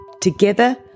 Together